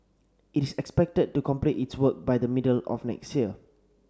it is expected to complete its work by the middle of next year